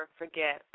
forget